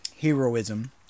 heroism